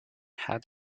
had